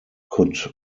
could